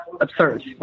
absurd